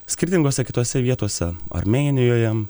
skirtingose kitose vietose armėnijoje